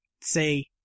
say